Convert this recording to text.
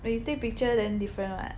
when you take picture then different [what]